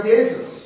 Jesus